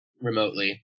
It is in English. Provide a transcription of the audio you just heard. remotely